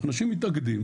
אנשים מתאגדים